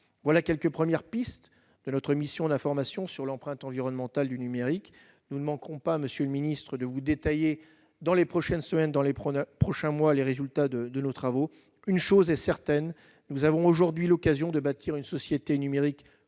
Voilà quelques premières pistes que notre mission d'information sur l'empreinte environnementale du numérique a explorées. Nous ne manquerons pas, monsieur le ministre, de vous détailler dans les semaines et les mois à venir les résultats de nos travaux. Une chose est certaine : nous avons aujourd'hui l'occasion de bâtir une société numérique